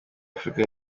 afurika